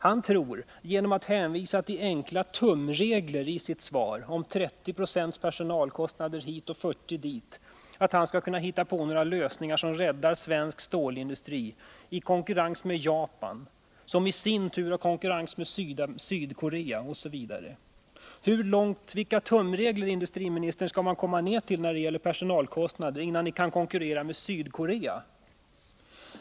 Genom att i sitt svar hänvisa till enkla tumregler om 30 96 personalkostnader hit och 40 96 dit tror han att han skall kunna hitta på några lösningar som räddar svensk stålindustri i konkurrens med Japan, som i sin tur har konkurrens med Sydkorea osv. Hur långt ner skall de här tumreglerna gå när det gäller personalkostnaderna för att vi skall kunna konkurrera med Sydkorea?